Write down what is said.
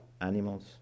animals